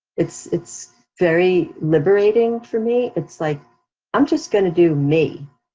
it's it's very liberating for me, it's like i'm just gonna do me,